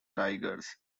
tigers